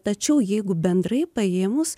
tačiau jeigu bendrai paėmus